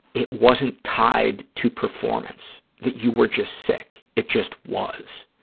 it wasn't tied to performance, that you were just sick, it just was,